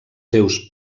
seus